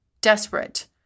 desperate